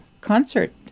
concert